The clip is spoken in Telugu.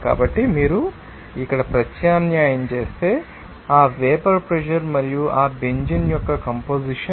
కాబట్టి మీరు ఇక్కడ ప్రత్యామ్నాయం చేస్తే ఆ వేపర్ ప్రెషర్ మరియు ఆ బెంజీన్ యొక్క కంపొజిషన్